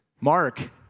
Mark